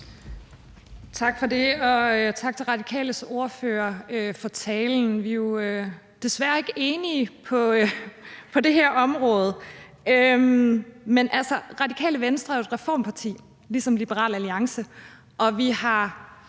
Tak for det, og tak til Radikales ordfører for talen. Vi er desværre ikke enige på det her område. Radikale Venstre er jo et reformparti ligesom Liberal Alliance, og vi har